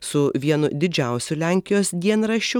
su vienu didžiausių lenkijos dienraščių